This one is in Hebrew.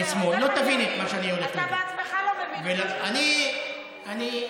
אתה בעצמך לא מבין מה שאתה מדבר, אז איך אני אבין?